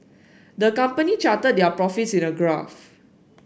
the company charted their profits in a graph